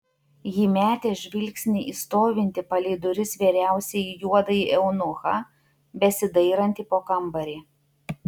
ji metė žvilgsnį į stovintį palei duris vyriausiąjį juodąjį eunuchą besidairantį po kambarį